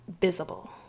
visible